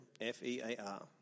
F-E-A-R